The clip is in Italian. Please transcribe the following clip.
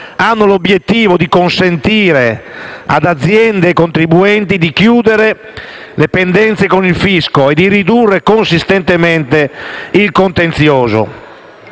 hanno l'obiettivo di consentire ad aziende e contribuenti di chiudere le pendenze con il fisco e di ridurre consistentemente il contenzioso,